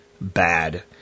bad